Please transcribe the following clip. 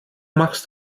machst